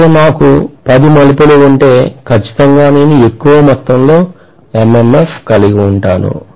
నాకు 10 మలుపులు ఉంటే ఖచ్చితంగా నేను ఎక్కువ మొత్తంలో MM కలిగివుంటాను